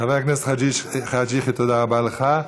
חברת הכנסת חאג' יחיא, תודה רבה לך.